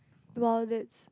!wow! that's